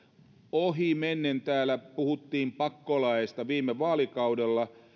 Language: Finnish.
ohimennen täällä puhuttiin pakkolaeista viime vaalikaudella